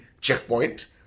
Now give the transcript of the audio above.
checkpoint